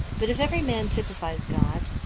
but, if every man typifies god,